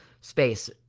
space